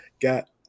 got